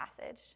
passage